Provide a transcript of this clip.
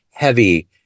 heavy